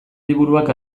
liburuak